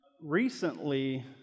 Recently